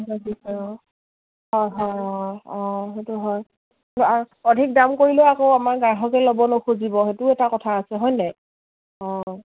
অঁ অঁ সেইটো হয় অধিক দাম কৰিলেও আকৌ আমাৰ গ্ৰাহকে ল'ব নুখুজিব সেইটো এটা কথা আছে হয়নে নাই